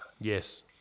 yes